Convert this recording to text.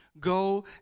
go